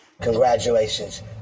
Congratulations